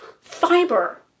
fiber